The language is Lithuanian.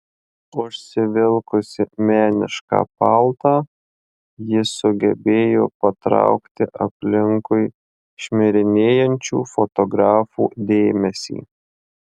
užsivilkusi menišką paltą ji sugebėjo patraukti aplinkui šmirinėjančių fotografų dėmesį